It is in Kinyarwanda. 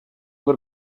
ngo